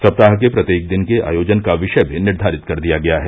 सप्ताह के प्रत्येक दिन के आयोजन का विषय भी निर्वारित कर दिया गया है